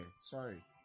sorry